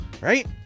Right